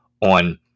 on